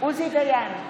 עוזי דיין,